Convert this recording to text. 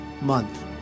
month